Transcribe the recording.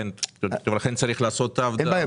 אין בעיה.